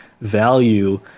value